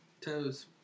toes